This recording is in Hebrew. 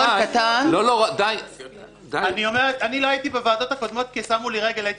לינור -- אני לא הייתי בוועדות הקודמות כי שמו לי רגל.